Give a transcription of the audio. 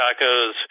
tacos